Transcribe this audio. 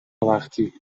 وقتی